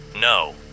No